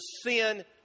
sin